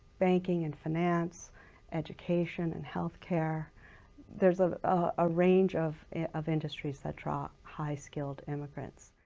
banking and finance education and healthcare there's ah a range of of industries that draw high-skilled immigrants.